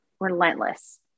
relentless